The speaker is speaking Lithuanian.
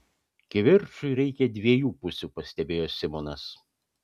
kivirčui reikia dviejų pusių pastebėjo simonas